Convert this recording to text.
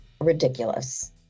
ridiculous